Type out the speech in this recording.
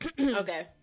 okay